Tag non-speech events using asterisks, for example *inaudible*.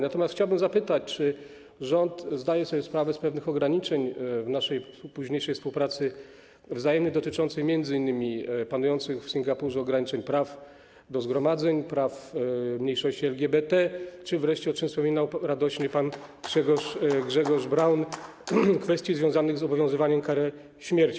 Natomiast chciałbym zapytać, czy rząd zdaje sobie sprawę z pewnych ograniczeń w naszej późniejszej współpracy dotyczącej m.in. panujących w Singapurze ograniczeń praw do zgromadzeń, praw mniejszości LGBT czy wreszcie, o czym wspominał radośnie *applause* pan Grzegorz Braun, kwestii związanych z obowiązywaniem kary śmierci.